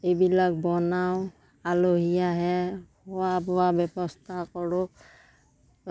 এইবিলাক বনাওঁ আলহী আহে খোৱা বোৱা ব্যৱস্থা কৰোঁ